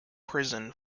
prison